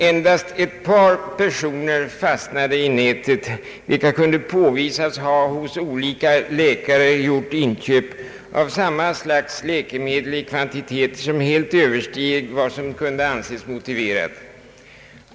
Endast ett par personer fastnade i nätet, vilka kunde påvisas ha hos olika läkare fått recept på samma slags läkemedel i kvantiteter som översteg vad som kunde anses motiverat.